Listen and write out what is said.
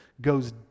goes